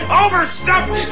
overstuffed